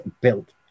built